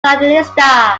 sandinista